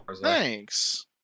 Thanks